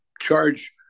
charge